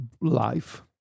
life